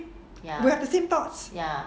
we have the same thought